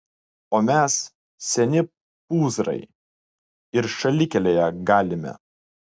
o mes seni pūzrai ir šalikelėje galime